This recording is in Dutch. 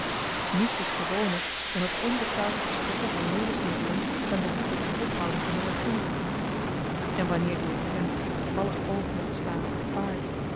niets is gewoner dan het onbetaald verstrekken van levensmiddelen ten behoeve der hofhouding van den regent en wanneer die regent een gevallig oog mocht slaan op het paard